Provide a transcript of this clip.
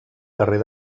carrer